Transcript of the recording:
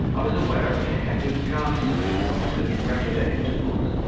i was aware of a heavy gasping noise at regular intervals.